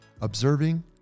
Observing